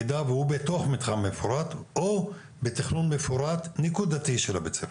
במידה והוא בתוך מתחם מפורט או בתכנון מפורט נקודתי של בית הספר.